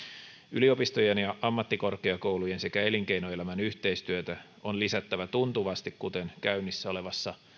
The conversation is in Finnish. yliopistojen ja ammattikorkeakoulujen sekä elinkeinoelämän yhteistyötä on lisättävä tuntuvasti kuten käynnissä olevassa